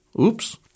Oops